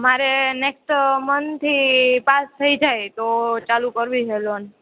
મારે નેક્સ્ટ મન્થથી પાસ થઈ જાય તો ચાલુ કરવી છે લોન